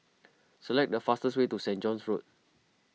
select the fastest way to Saint John's Road